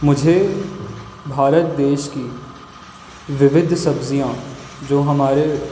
मुझे भारत देश की विविध सब्ज़ियाँ जो हमारे